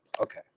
Okay